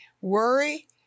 worry